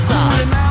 Sauce